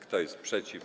Kto jest przeciw?